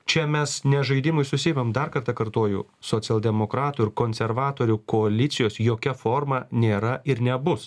čia mes ne žaidimais užsiimam dar kartą kartoju socialdemokratų ir konservatorių koalicijos jokia forma nėra ir nebus